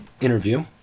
interview